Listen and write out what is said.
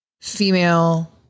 female